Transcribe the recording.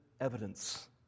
evidence